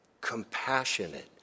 Compassionate